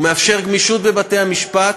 הוא מאפשר גמישות בבתי-המשפט,